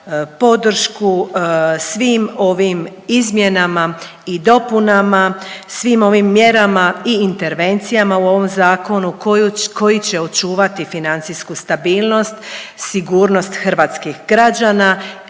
podršku svim ovim izmjenama i dopunama, svim ovim mjerama i intervencijama u ovom zakonu koji će očuvati financijsku stabilnost, sigurnost hrvatskih građana